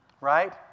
right